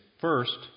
First